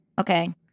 okay